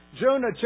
Jonah